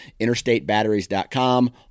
InterstateBatteries.com